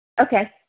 Okay